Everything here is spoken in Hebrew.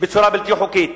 בצורה בלתי חוקית.